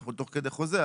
אנחנו תוך כדי חוזה.